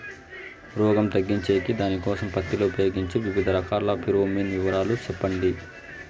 రోగం తగ్గించేకి దానికోసం పత్తి లో ఉపయోగించే వివిధ రకాల ఫిరోమిన్ వివరాలు సెప్పండి